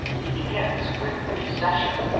he begins with the cession,